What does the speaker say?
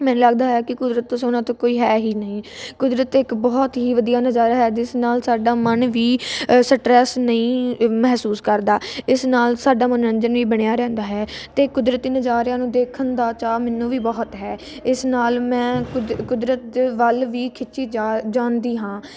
ਮੈਨੂੰ ਲੱਗਦਾ ਹੈ ਕਿ ਕੁਦਰਤ ਤੋਂ ਸੋਹਣਾ ਤਾਂ ਕੋਈ ਹੈ ਹੀ ਨਹੀਂ ਕੁਦਰਤ ਇੱਕ ਬਹੁਤ ਹੀ ਵਧੀਆ ਨਜ਼ਾਰਾ ਹੈ ਜਿਸ ਨਾਲ ਸਾਡਾ ਮਨ ਵੀ ਸਟਰੈਸ ਨਹੀਂ ਮਹਿਸੂਸ ਕਰਦਾ ਇਸ ਨਾਲ ਸਾਡਾ ਮਨੋਰੰਜਨ ਵੀ ਬਣਿਆ ਰਹਿੰਦਾ ਹੈ ਅਤੇ ਕੁਦਰਤੀ ਨਜਾਰਿਆਂ ਨੂੰ ਦੇਖਣ ਦਾ ਚਾਅ ਮੈਨੂੰ ਵੀ ਬਹੁਤ ਹੈ ਇਸ ਨਾਲ ਮੈਂ ਕੁਦ ਕੁਦਰਤ ਦੇ ਵੱਲ ਵੀ ਖਿੱਚੀ ਜਾ ਜਾਂਦੀ ਹਾਂ